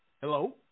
Hello